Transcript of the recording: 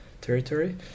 territory